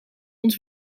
ons